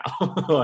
now